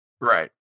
Right